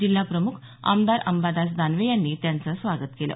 जिल्हाप्रमुख आमदार अंबादास दानवे यांनी त्यांचं स्वागत केलं